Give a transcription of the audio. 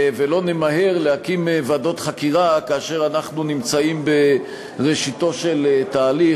ולא נמהר להקים ועדות חקירה כאשר אנחנו נמצאים בראשיתו של תהליך.